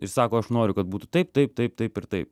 ir sako aš noriu kad būtų taip taip taip taip ir taip